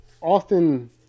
often